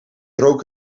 rook